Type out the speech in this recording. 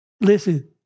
listen